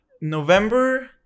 November